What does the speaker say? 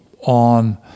on